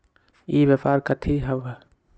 ई व्यापार कथी हव?